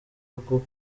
rwo